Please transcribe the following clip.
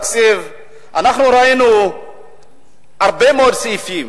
אני רוצה להגיד לך שבמסגרת התקציב אנחנו ראינו הרבה מאוד סעיפים,